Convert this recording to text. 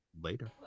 Later